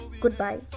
goodbye